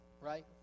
Right